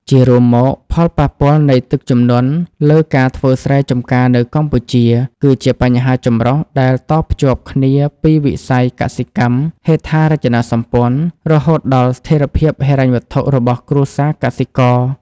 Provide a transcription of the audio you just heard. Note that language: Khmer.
ជារួមមក ផលប៉ះពាល់នៃទឹកជំនន់លើការធ្វើស្រែចម្ការនៅកម្ពុជា គឺជាបញ្ហាចម្រុះដែលតភ្ជាប់គ្នាពីវិស័យកសិកម្ម ហេដ្ឋារចនាសម្ព័ន្ធ រហូតដល់ស្ថិរភាពហិរញ្ញវត្ថុរបស់គ្រួសារកសិករ។